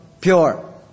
pure